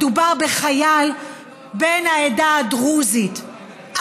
מדובר בחייל בן העדה הדרוזית,